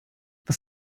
was